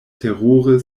terure